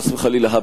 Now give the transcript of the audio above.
חס וחלילה.